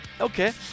Okay